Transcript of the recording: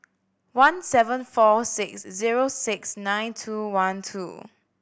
one seven four six zero six nine two one two